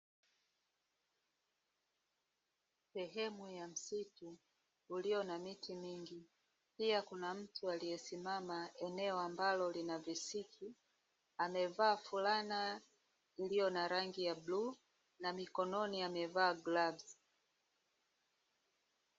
Sehemu ya msitu uliyo na miti mingi. Pia, kuna mtu aliyesimama eneo ambayo lina visiki, amevaa fulana iliyo na rangi ya bluu, na mikononi amevaa glavu.